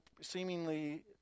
seemingly